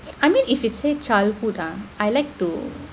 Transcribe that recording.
I mean if it say childhood ah I like to